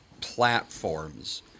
platforms